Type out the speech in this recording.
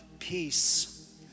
peace